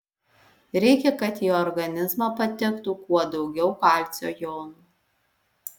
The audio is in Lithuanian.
reikia kad į organizmą patektų kuo daugiau kalcio jonų